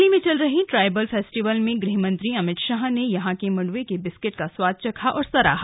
दिल्ली में चल रहे ट्राइबल फेस्टिवल में गृहमंत्री अमित शाह ने यहां के मंडुवे के बिस्कुट का स्वाद चखा और सराहा